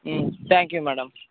ம் thank you madam